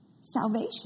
salvation